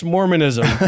Mormonism